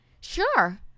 sure